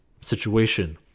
situation